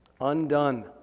Undone